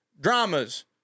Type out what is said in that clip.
dramas